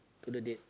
to the date